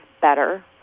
better